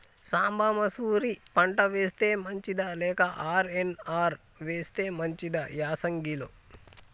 సాంబ మషూరి పంట వేస్తే మంచిదా లేదా ఆర్.ఎన్.ఆర్ వేస్తే మంచిదా యాసంగి లో?